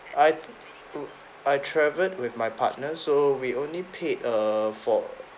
I mm I travelled with my partner so we only paid err for